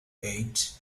eight